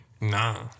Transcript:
Nah